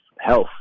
health